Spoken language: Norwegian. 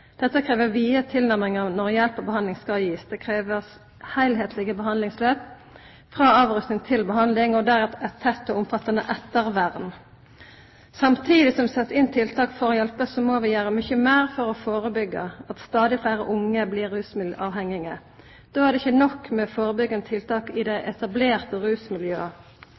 Dette krever vide tilnærminger når hjelp og behandling skal gis. Det kreves helhetlige behandlingsløp, fra avrusning til behandling, og deretter et tett og omfattende ettervern. Samtidig som vi setter inn tiltak for å hjelpe, må vi gjøre mye mer for å forebygge at stadig flere unge blir rusmiddelavhengige. Da er det ikke nok med forebyggende tiltak i de etablerte